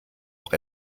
auch